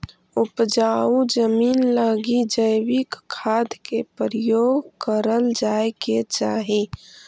उपजाऊ जमींन लगी जैविक खाद के प्रयोग करल जाए के चाही